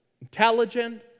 intelligent